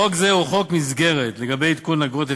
חוק זה הוא חוק מסגרת לגבי עדכון אגרות.